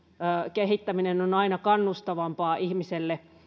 kehittäminen on ihmiselle aina kannustavampaa